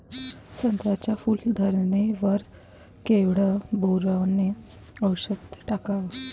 संत्र्याच्या फूल धरणे वर केवढं बोरोंन औषध टाकावं?